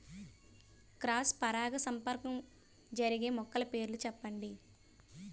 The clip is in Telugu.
క్రాస్ పరాగసంపర్కం జరిగే మొక్కల పేర్లు చెప్పండి?